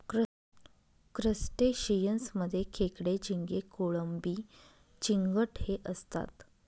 crustaceans मध्ये खेकडे, झिंगे, कोळंबी, चिंगट हे असतात